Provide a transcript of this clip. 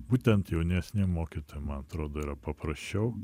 būtent jaunesniem mokytojam man atrodo yra paprasčiau